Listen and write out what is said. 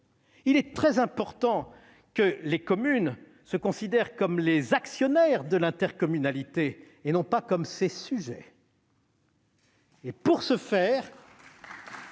Il est très important que les communes se considèrent comme les actionnaires de l'intercommunalité, et non pas comme ses sujets. Pour ce faire,